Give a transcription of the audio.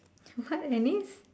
what